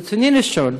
רצוני לשאול: